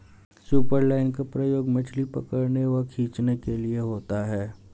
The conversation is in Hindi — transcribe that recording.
सुपरलाइन का प्रयोग मछली पकड़ने व खींचने के लिए होता है